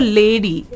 lady